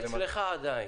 אבל זה אצלך עדיין.